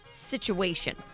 situation